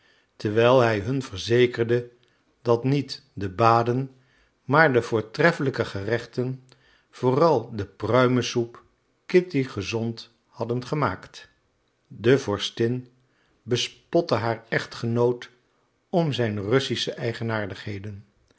terwijl hij hun verzekerde dat niet de baden maar de voortreffelijke gerechten vooral de pruimensoep kitty gezond hadden gemaakt de vorstin bespotte haar echtgenoot om zijn russische